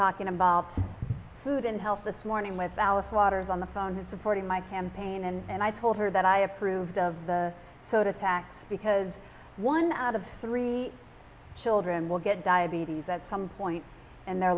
talking about food and health this morning with alice waters on the phone is supporting my campaign and i told her that i approved of the soda tax because one out of three children will get diabetes at some point in their